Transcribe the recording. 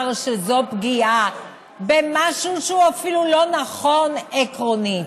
שזו פגיעה במשהו שהוא אפילו לא נכון עקרונית?